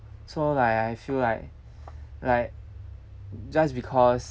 so like I feel like like just because